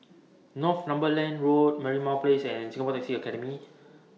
Northumberland Road Merlimau Place and Singapore Taxi Academy